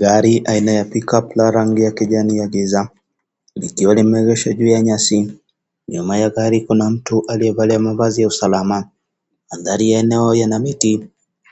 Gari aina ya (cs)Pikup(cs) la rangi ya kijani ya giza, likiwa limeegeshwa juu ya nyasi, nyuma ya gari kuna mtu aliye valia mavazi ya usalama, manthari ya eneo yana miti,